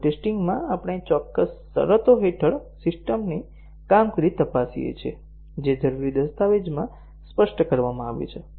load testing માં આપણે ચોક્કસ શરતો હેઠળ સિસ્ટમની કામગીરી તપાસીએ છીએ જે જરૂરી દસ્તાવેજમાં સ્પષ્ટ કરવામાં આવી છે